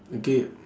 okay